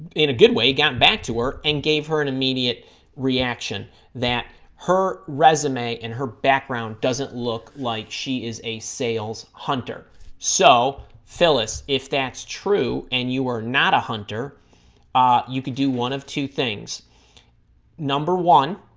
in a good way got back to her and gave her an immediate reaction that her resume and her background doesn't look like she is a sales hunter so phyllis if that's true and you are not a hunter ah you could do one of two things number one